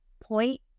point